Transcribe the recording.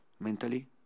Mentally